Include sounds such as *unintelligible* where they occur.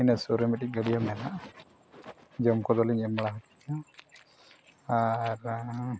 ᱤᱱᱟᱹ ᱥᱩᱨ ᱨᱮ ᱢᱤᱫᱴᱤᱡ ᱜᱟᱹᱰᱭᱟᱹ ᱢᱮᱱᱟᱜᱼᱟ ᱡᱚᱢ ᱠᱚᱫᱚᱞᱤᱧ ᱮᱢ ᱵᱟᱲᱟ *unintelligible* ᱠᱚᱜᱮᱭᱟ ᱟᱨ